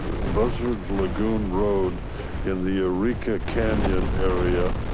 buzzard lagoon road in the eureka canyon area.